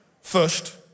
first